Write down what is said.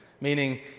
meaning